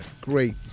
Great